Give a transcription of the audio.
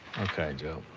okay, jep.